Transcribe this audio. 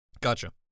Gotcha